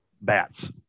Bats